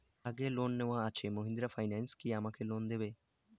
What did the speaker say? আগের লোন নেওয়া আছে মাহিন্দ্রা ফাইন্যান্স কি আমাকে লোন দেবে?